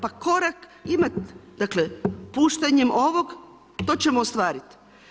Pa korak imat dakle, puštanjem ovog to ćemo ostvariti.